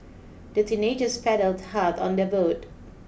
the teenagers paddled hard on their boat